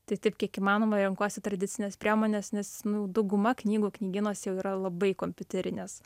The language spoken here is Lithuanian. tai taip kiek įmanoma renkuosi tradicines priemones nes nu dauguma knygų knygynuose jau yra labai kompiuterinės